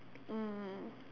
mm